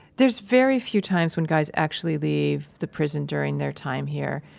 there's very few times when guys actually leave the prison during their time here.